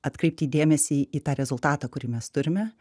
atkreipti dėmesį į tą rezultatą kurį mes turime